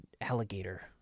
alligator